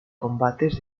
combates